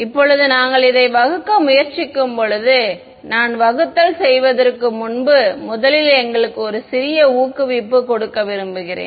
இப்போது நாங்கள் இதை வகுக்க முயற்சிக்கும்போது நான் வகுத்தல் செய்வதற்கு முன்பு முதலில் எங்களுக்கு ஒரு சிறிய ஊக்குவிப்பு கொடுக்க விரும்புகிறேன்